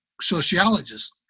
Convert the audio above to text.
sociologist